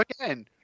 again